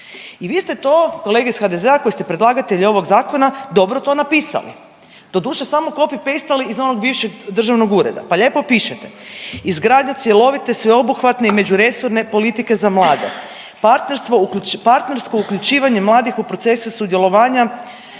I vi ste to kolege iz HDZ-a koji ste predlagatelji ovog zakona, dobro to napisali. Doduše samo copy paste-ali iz onog bivšeg državnog ureda pa lijepo pišete. Izgradnja cjelovite sveobuhvatne i međuresorne politike za mlade. Partnerstvo, partnersko uključivanje mladih u procese sudjelovanja